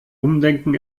umdenken